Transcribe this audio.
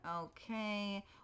okay